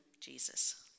Jesus